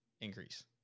Increase